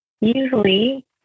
Usually